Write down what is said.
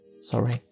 Sorry